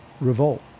revolt